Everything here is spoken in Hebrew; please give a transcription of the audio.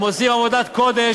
הם עושים עבודת קודש,